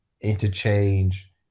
interchange